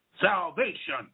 Salvation